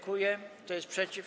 Kto jest przeciw?